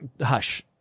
Hush